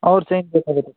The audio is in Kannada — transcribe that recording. ಅವ್ರ ಸೈನ್ ಬೇಕಾಗುತ್ತೆ